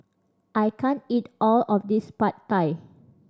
I can't eat all of this Pad Thai